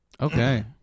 Okay